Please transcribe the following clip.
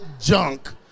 junk